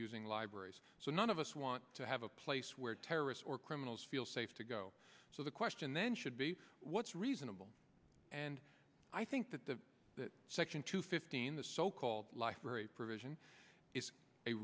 using libraries so none of us want to have a place where terrorists or criminals feel safe to go so the question then should be what's reasonable and i think that the section two fifteen the so called life or a provision is a